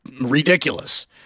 ridiculous